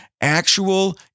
actual